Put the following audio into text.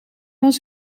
was